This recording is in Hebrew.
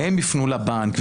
והם יפנו לבנק,